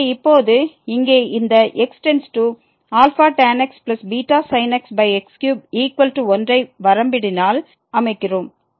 எனவே இப்போது இங்கே இந்த x→tan x βsin x x31 ஐ வரம்பிடினால் அமைக்கிறோம்